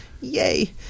yay